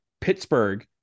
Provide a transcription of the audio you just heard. Pittsburgh